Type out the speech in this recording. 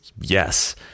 yes